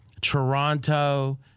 Toronto